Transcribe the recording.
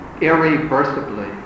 irreversibly